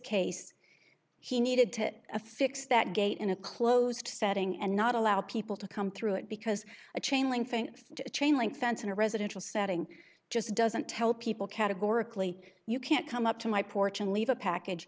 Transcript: case he needed to affix that gate in a closed setting and not allow people to come through it because a chain link chain link fence in a residential setting just doesn't tell people categorically you can't come up to my porch and leave a package